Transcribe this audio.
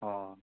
अ